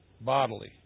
bodily